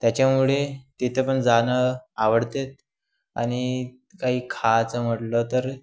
त्याच्यामुळे तिथं पण जाणं आवडतात आणि काही खायचं म्हटलं तर